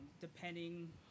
Depending